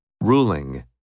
Ruling